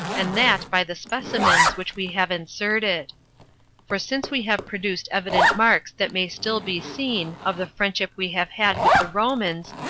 and that by the specimens which we have inserted for since we have produced evident marks that may still be seen of the friendship we have had with the romans,